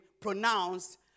pronounced